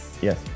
Yes